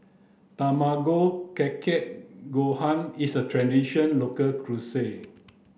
tamago kake gohan is a tradition local cuisine